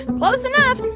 close enough.